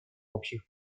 общих